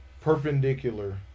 perpendicular